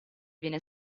viene